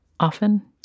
often